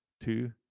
Two